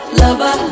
lover